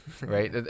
Right